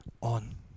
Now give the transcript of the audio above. on